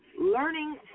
learning